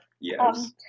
Yes